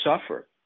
suffer